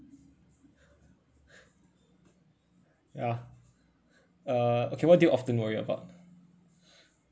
ya uh okay what do you often worry about